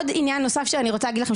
עוד עניין נוסף שאני רוצה לשתף אתכם בו,